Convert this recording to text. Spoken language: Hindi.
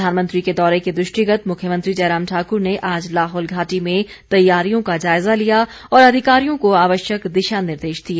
प्रधानमंत्री के दौरे के दृष्टिगत मुख्यमंत्री जयराम ठाक्र ने आज लाहौल घाटी में तैयारियों का जायजा लिया और अधिकारियों को आवश्यक दिशा निर्देश दिए